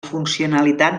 funcionalitat